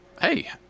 hey